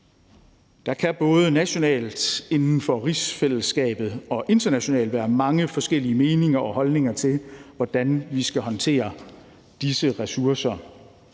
Der kan både nationalt inden for rigsfællesskabet og internationalt være mange forskellige meninger om og holdninger til, hvordan vi skal håndtere disse ressourcer,